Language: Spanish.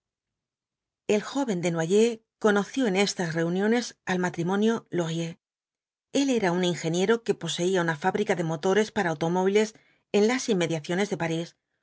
el joven desnoyers conoció en estas reuniones ai matrimonio laurier el era un ingeniero que poseía una fábrica de motores para automóviles en las inmediaciones de parís